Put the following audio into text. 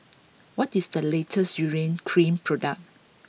what is the latest Urea Cream product